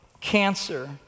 cancer